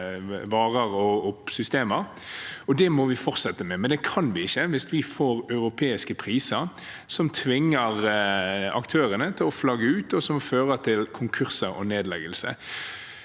Det må vi fortsette med, men det kan vi ikke hvis vi får europeiske priser som tvinger aktørene til å flagge ut og fører til konkurser og nedleggelser.